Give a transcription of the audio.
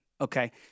Okay